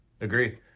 Agree